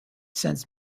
sends